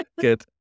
Good